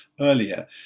earlier